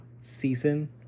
season